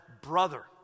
brother